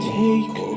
take